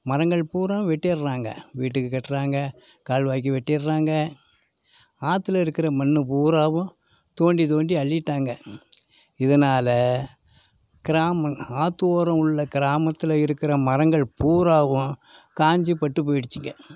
மரங்கள் பூராவும் வெட்டிடுறாங்க வீட்டுக்கு கட்டுறாங்க கால்வாய்க்கு வெட்டிடுறாங்க ஆற்றுல இருக்கிற மண் பூராவும் தோண்டி தோண்டி அள்ளிவிட்டாங்க இதனால கிராம ஆற்று ஓரம் உள்ள கிராமத்தில் இருக்கிற மரங்கள் பூராவும் காஞ்சு பட்டு போயிடுச்சுங்க